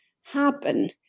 happen